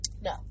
No